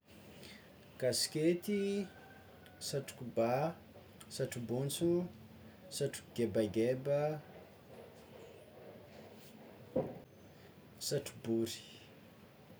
Kasikety, satroko bà, satrobontsino, satroko gebageba, satrobory.